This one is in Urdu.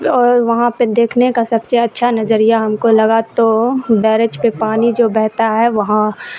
اور وہاں پہ دیکھنے کا سب سے اچھا نظریہ ہم کو لگا تو بیریج پہ پانی جو بہتا ہے وہاں